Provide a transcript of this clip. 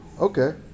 Okay